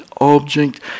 object